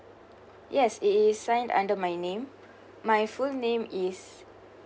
yes it is signed under my name my full name is